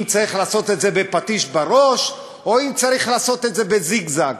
אם צריך לעשות את זה בפטיש בראש או אם צריך לעשות את זה בזיגזג.